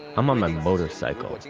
i'm on my motorcycle,